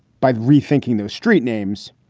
by rethinking those street names,